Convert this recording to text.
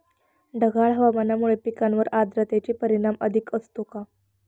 ढगाळ हवामानामुळे पिकांवर आर्द्रतेचे परिणाम अधिक असतो का?